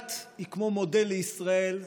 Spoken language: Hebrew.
אילת היא כמו מודל לישראל,